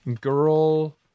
girl